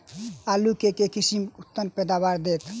आलु केँ के किसिम उन्नत पैदावार देत?